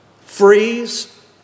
Freeze